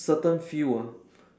certain field ah